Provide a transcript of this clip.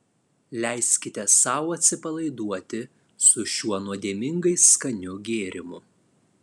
leiskite sau atsipalaiduoti su šiuo nuodėmingai skaniu gėrimu